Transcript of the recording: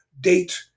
date